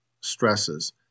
stresses